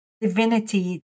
divinity